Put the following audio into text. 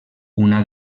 una